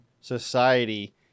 society